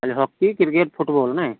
ତା'ହେଲେ hockey cricket football ନାହିଁ